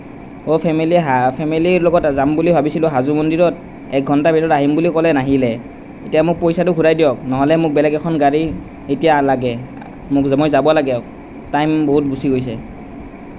অ' family হা family লগত যাম বুলি ভাবিছিলোঁ হাজো মন্দিৰত এক ঘণ্টাৰ ভিতৰত আহিম বুলি ক'লে নাহিলে এতিয়া মোক পইচাটো ঘূৰাই দিয়ক নহ'লে মোক বেলেগ এখন গাড়ী এতিয়া লাগে মোক যে মই যাব লাগে